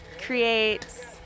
create